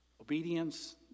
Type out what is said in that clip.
Obedience